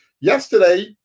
yesterday